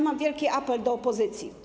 Mam wielki apel do opozycji.